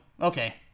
Okay